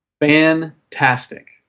Fantastic